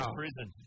prison